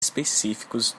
específicos